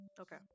Okay